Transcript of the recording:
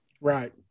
Right